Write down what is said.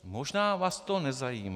Možná vás to nezajímá.